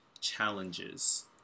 challenges